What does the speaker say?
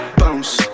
bounce